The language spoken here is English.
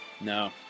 No